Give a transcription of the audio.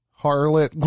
Harlot